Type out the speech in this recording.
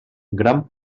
gran